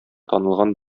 танылган